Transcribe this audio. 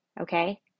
Okay